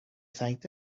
thanked